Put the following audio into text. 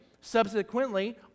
Subsequently